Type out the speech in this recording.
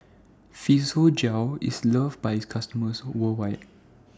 Physiogel IS loved By its customers worldwide